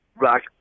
rock